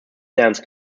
dance